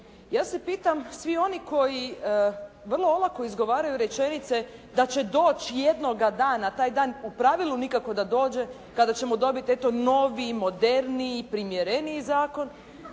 Ja se pitam svi oni koji vrlo olako izgovaraju rečenice da će doći jednoga dana, a taj dan u pravilu nikako da dođe kada ćemo dobiti eto noviji, moderniji, primjereniji zakon,